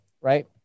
Right